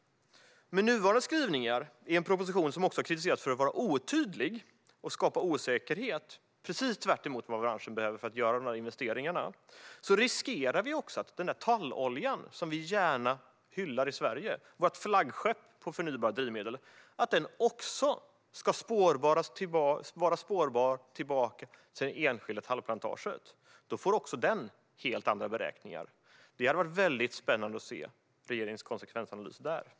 Med nuvarande skrivningar i propositionen - som även har kritiserats för att vara otydlig och skapa osäkerhet, vilket är precis motsatsen till vad branschen behöver för att göra investeringar - riskerar vi också att även den där talloljan som vi gärna hyllar i Sverige, vårt flaggskepp när det gäller förnybara drivmedel, ska vara spårbar tillbaka till den enskilda tallplantagen. Då får även den helt andra beräkningar. Det hade varit väldigt spännande att se regeringens konsekvensanalys där.